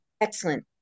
excellent